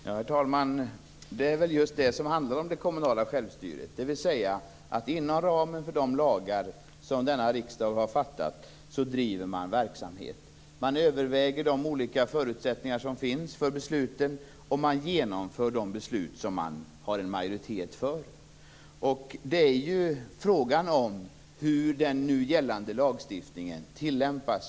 Herr talman! Det är just det som är det kommunala självstyret - att inom ramen för de lagar som denna riksdag har fattat driva verksamhet. Man överväger de olika förutsättningar som finns för besluten, och man genomför de beslut man har en majoritet för. Det är fråga om hur den nu gällande lagstiftningen tillämpas.